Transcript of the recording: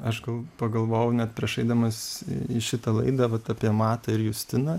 aš gal pagalvojau net prieš eidamas į šitą laidą vat apie matą ir justiną